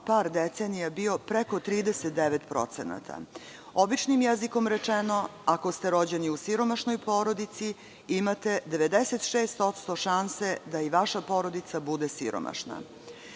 par decenija bio preko 39%. Običnim jezikom rečeno, ako ste rođeni u siromašnoj porodici, imate 96% šanse da i vaša porodica bude siromašna.